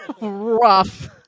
Rough